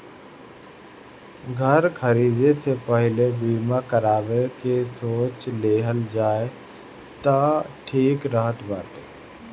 घर खरीदे से पहिले बीमा करावे के सोच लेहल जाए तअ ठीक रहत बाटे